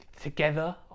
together